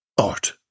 Art